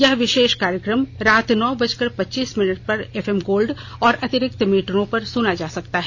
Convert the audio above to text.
यह विशेष कार्यक्रम रात नौ बजकर पच्चीस मिनट पर एफएम गोल्ड और अंतिरिक्त मीटरों पर सुना जा सकता है